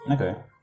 Okay